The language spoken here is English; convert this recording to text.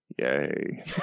Yay